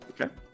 Okay